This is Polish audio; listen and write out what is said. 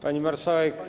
Pani Marszałek!